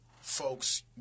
folks